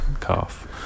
Calf